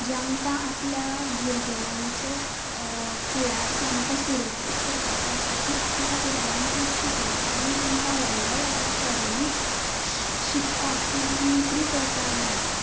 जांकां आपल्या भुरग्यांचो फुडार सामको सुरक्षीत करपाचो आसा तीं आपल्या भुरग्यांक खूब शिकयता आनी तांकां व्हडल्या व्हडल्या शहरांनी शिकपाक किंवा नोकरी करपाक धाडटात